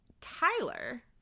Tyler